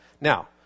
Now